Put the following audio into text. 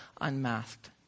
unmasked